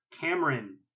Cameron